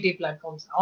platforms